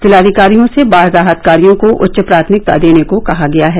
जिला अधिकारियों से बाढ़ राहत कार्यो को उच्च प्राथमिकता देने को कहा गया है